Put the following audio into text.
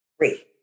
Three